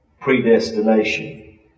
predestination